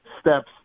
steps